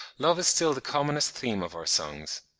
love is still the commonest theme of our songs.